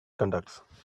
conducts